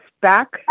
back